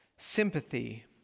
sympathy